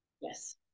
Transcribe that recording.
Yes